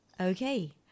okay